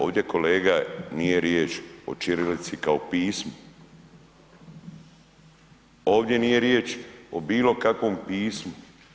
Ovdje kolega nije riječ o ćirilici kao pismu, ovdje nije riječ o bilo kakvom pismu.